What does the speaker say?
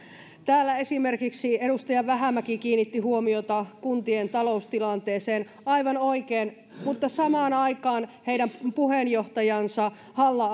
täällä esimerkiksi edustaja vähämäki kiinnitti huomiota kuntien taloustilanteeseen aivan oikein mutta samaan aikaan heidän puheenjohtajansa halla